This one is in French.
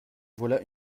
voilà